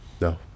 No